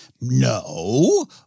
no